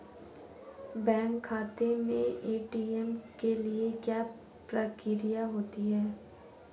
Bank खाते में ATM के लिए क्या प्रक्रिया होती है?